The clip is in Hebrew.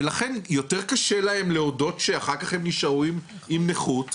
ולכן יותר קשה להן להודות שאחר כך הן נשארו עם נכות.